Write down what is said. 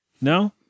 No